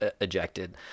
ejected